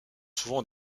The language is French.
souvent